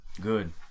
Good